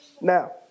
Now